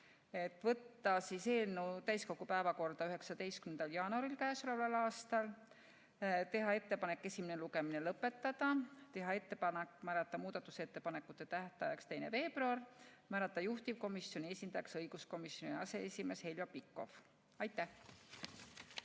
Võtta eelnõu täiskogu päevakorda 19. jaanuariks, teha ettepanek esimene lugemine lõpetada, teha ettepanek määrata muudatusettepanekute tähtajaks 2. veebruar ja juhtivkomisjoni esindajaks õiguskomisjoni aseesimees Heljo Pikhof. Aitäh!